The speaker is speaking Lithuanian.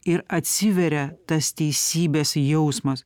ir atsiveria tas teisybės jausmas